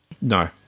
No